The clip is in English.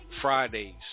Fridays